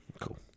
Cool